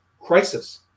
crisis